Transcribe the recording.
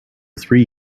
three